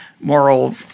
moral